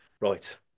right